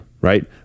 right